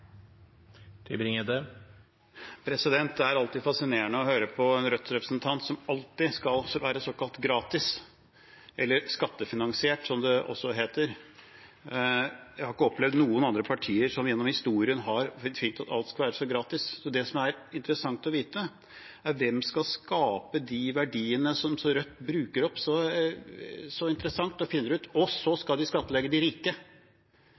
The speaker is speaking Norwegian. alltid fascinerende å høre på en Rødt-representant som alltid mener at alt skal være såkalt gratis, eller skattefinansiert, som det også heter. Jeg har ikke opplevd noen andre partier gjennom historien som har ment at alt skal være så gratis. Det som er interessant å vite, er hvem som skal skape de verdiene som Rødt så bruker opp, og som så finner ut at de skal skattlegge de rike. Men det er jo kommersielle aktører, som dere er imot, så